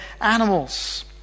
animals